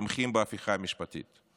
תומכים בהפיכה המשפטית.